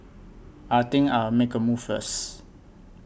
I think I'll make a move first